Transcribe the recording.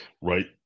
right